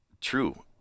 true